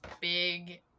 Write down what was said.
big